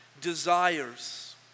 desires